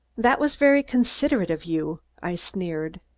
that was very considerate of you, i sneered.